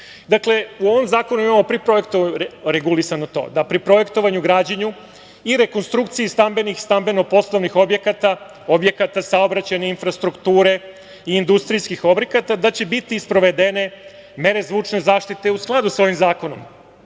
Dakle, u ovom zakonu imamo i to regulisano, da pri projektovanju, građenju i rekonstrukciji stambenih, stambeno-poslovnih objekata, saobraćajne infrastrukture i industrijskih objekata, da će biti sprovede mere zvučne zaštite u skladu sa ovim zakonom.